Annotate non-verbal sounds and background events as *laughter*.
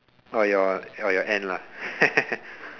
or your or your end lah *laughs*